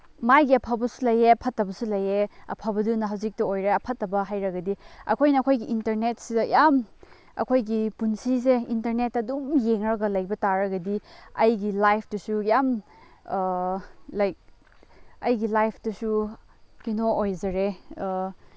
ꯃꯥꯒꯤ ꯑꯐꯕꯁꯨ ꯂꯩꯌꯦ ꯐꯠꯇꯕꯁꯨ ꯂꯩꯌꯦ ꯑꯐꯕꯗꯨꯅ ꯍꯧꯖꯤꯛꯇꯣ ꯑꯣꯏꯔꯦ ꯑꯐꯠꯇꯕ ꯍꯥꯏꯔꯒꯗꯤ ꯑꯩꯈꯣꯏꯅ ꯑꯩꯈꯣꯏꯒꯤ ꯏꯟꯇꯔꯅꯦꯠꯁꯤꯗ ꯌꯥꯝ ꯑꯩꯈꯣꯏꯒꯤ ꯄꯨꯟꯁꯤꯁꯦ ꯏꯟꯇꯔꯅꯦꯠꯇ ꯑꯗꯨꯝ ꯌꯦꯡꯉꯒ ꯂꯩꯕ ꯇꯥꯔꯒꯗꯤ ꯑꯩꯒꯤ ꯂꯥꯏꯐꯇꯁꯨ ꯌꯥꯝ ꯂꯥꯏꯛ ꯑꯩꯒꯤ ꯂꯥꯏꯐꯇꯁꯨ ꯀꯩꯅꯣ ꯑꯣꯏꯖꯔꯦ